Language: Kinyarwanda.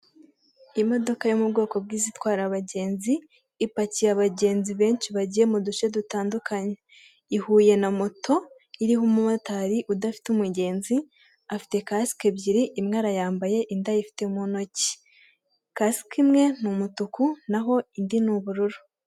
Imodoka yo mu bwoko bw'izitwara abagenzi, ipakiye abagenzi benshi bagiye mu duce dutandukanye. Ihuye na moto iriho umumotari udafite umugenzi, afite kasike ebyiri; imwe arayambaye, indi ayifite mu ntoki. Kasike imwe ni umutuku, naho indi ni ubururu.